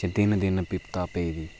दिन दिन बिपता पेदी